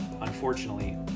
unfortunately